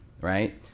right